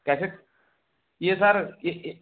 कैसे ये सर ये ये